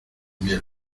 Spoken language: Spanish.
miel